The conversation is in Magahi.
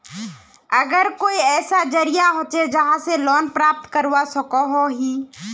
आर कोई ऐसा जरिया होचे जहा से लोन प्राप्त करवा सकोहो ही?